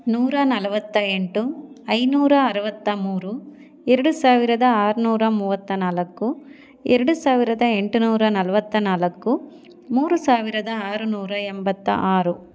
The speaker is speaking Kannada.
ನೂರ ನಲವತ್ತ ಎಂಟು ಐನೂರ ಅರವತ್ತ ಮೂರು ಎರಡು ಸಾವಿರದ ಆರುನೂರ ಮೂವತ್ತ ನಾಲ್ಕು ಎರಡು ಸಾವಿರದ ಎಂಟು ನೂರ ನಲವತ್ತ ನಾಲ್ಕು ಮೂರು ಸಾವಿರದ ಆರು ನೂರ ಎಂಬತ್ತ ಆರು